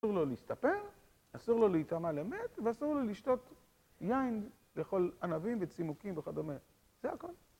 אסור לו להסתפר, אסור לו להתעמל למת, ואסור לו לשתות יין, לאכול ענבים וצימוקים וכדומה. זה הכל.